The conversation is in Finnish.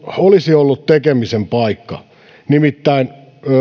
olisi ollut tekemisen paikka nimittäin